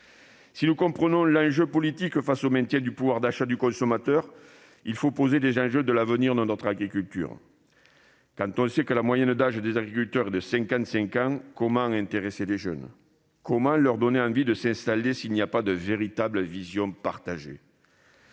Si nous comprenons l'enjeu politique que représente le maintien du pouvoir d'achat du consommateur, il faut aussi poser les enjeux de l'avenir de notre agriculture. Sachant que la moyenne d'âge des agriculteurs est de 55 ans, comment intéresser les jeunes ? Comment leur donner envie de s'installer en l'absence d'une véritable vision partagée ?